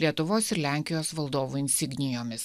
lietuvos ir lenkijos valdovų insignijomis